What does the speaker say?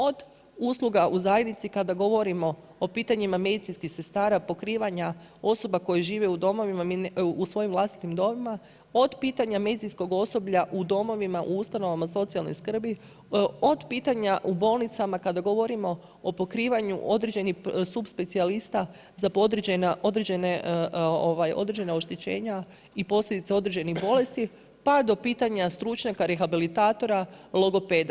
Od usluga u zajednici kada govorimo o pitanjima medicinskih sestara, pokrivanja osoba koje žive u svojim vlastitim domovima, od pitanja medicinskog osoblja u domovima, u ustanovama socijalne skrbi, od pitanja u bolnicama kada govorimo o pokrivanju određenih supspecijalista za određene oštećenja i posljedica određenih bolesti, pa do pitanja stručnjaka rehabilitatora, logopeda.